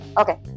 Okay